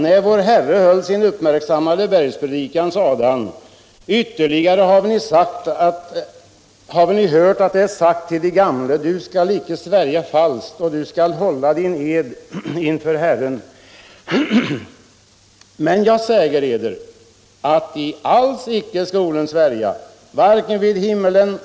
När Vår Herre höll sin uppmärksammade bergspredikan sade han: ”Ytterligare haven I hört att det är sagt till de gamle: ”Du skall icke svära falskt ”Du skall hålla din ed inför Herren.” Men jag säger eder att I alls icke skolen svärja, varken vid himmelen.